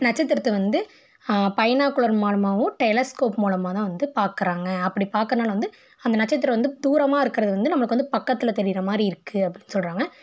நட்சத்திரத்த வந்து பைனாக்குலர் மூலமாகவும் டெலஸ்க்கோப் மூலமாக தான் வந்து பாக்கிறாங்க அப்படி பாக்கறதுனால வந்து அந்த நட்சத்திரம் வந்து தூரமாக இருக்கிறது வந்து நம்மளுக்கு வந்து பக்கத்தில் தெரிகிற மாதிரி இருக்குது அப்படின்னு சொல்கிறாங்க